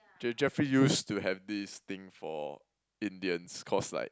J~ Jeffrey used to have this thing for Indians cause like